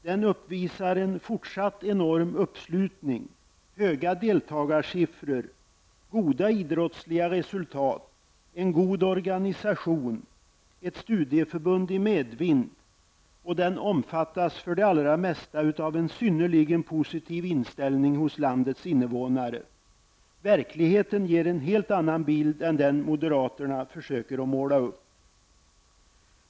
Den uppvisar en fortsatt enorm uppslutning, höga deltagarsiffror, goda idrottsliga resultat, en god organisation, ett studieförbund i medvind, och den omfattas för det allra mesta av en synnerligen positiv inställning hos landets invånare. Verkligheten ger en helt annan bild än den som moderaterna försöker måla upp.